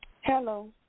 Hello